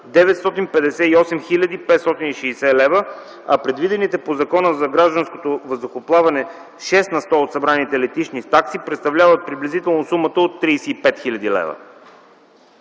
958 560 лв., а предвидените по Закона за гражданското въздухоплаване шест на сто от събраните летищни такси представляват приблизително сумата от 35 хил. лв.